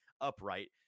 upright